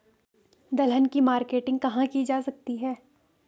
दलहन की मार्केटिंग कहाँ की जा सकती है?